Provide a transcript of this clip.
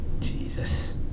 Jesus